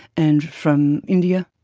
and from india,